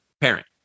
parent